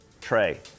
Trey